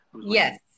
Yes